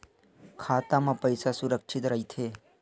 खाता मा पईसा सुरक्षित राइथे?